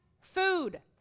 Food